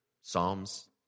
Psalms